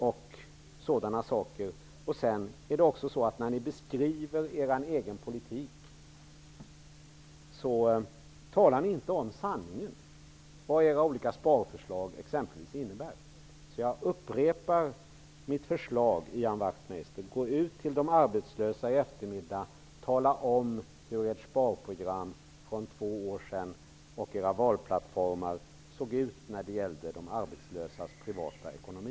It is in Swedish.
Och när ni beskriver er egen politik talar ni inte om sanningen, exempelvis vad era sparförslag innebär. Jag upprepar därför mitt förslag, Ian Wachtmeister: Gå ut till de arbetslösa i eftermiddag och tala om hur era valplattformar och det sparprogram ni förde fram för två år sedan såg ut när det gällde de arbetslösas privata ekonomi!